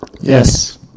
Yes